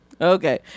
Okay